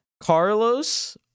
Carlos